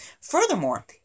Furthermore